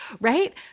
Right